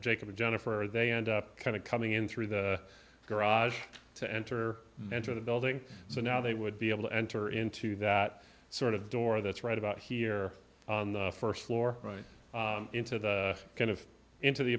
and jennifer or they end up kind of coming in through the garage to enter enter the building so now they would be able to enter into that sort of door that's right about here on the first floor right into the kind of into the